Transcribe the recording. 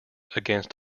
against